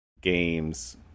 games